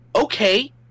okay